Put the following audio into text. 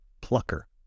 plucker